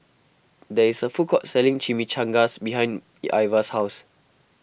there is a food court selling Chimichangas behind Ivah's house